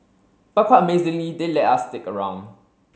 but quite amazingly they let us stick around